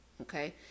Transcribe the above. Okay